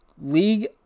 League